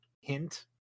hint